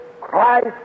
Christ